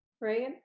right